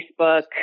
Facebook